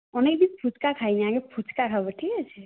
অনেকদিন ফুচকা খাইনি আগে ফুচকা খাব ঠিক আছে